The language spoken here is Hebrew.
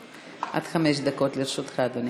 עד חמש דקות לרשותך, אדוני.